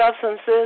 substances